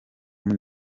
muri